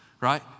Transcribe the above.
right